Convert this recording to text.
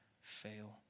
fail